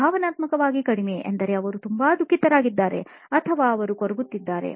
ಭಾವನಾತ್ಮಕವಾಗಿ ಕಡಿಮೆ ಎಂದರೆ ಅವರು ತುಂಬಾ ದುಃಖಿತರಾಗಿದ್ದಾರೆ ಅಥವಾ ಅವರು ಕೊರಗುತ್ತಿದ್ದಾರೆ